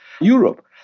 Europe